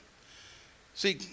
See